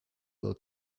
will